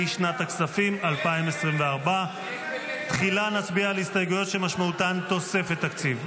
לשנת הכספים 2024. תחילה נצביע על ההסתייגויות שמשמעותן תוספת תקציב.